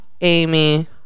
amy